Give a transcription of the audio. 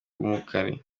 murukali